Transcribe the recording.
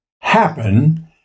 happen